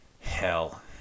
Hell